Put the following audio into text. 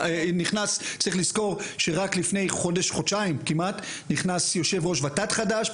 צריך לזכור שרק לפני חודשיים כמעט נכנס ראש ות"ת חדש,